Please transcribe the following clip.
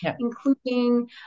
including